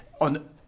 on